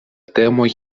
temoj